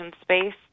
space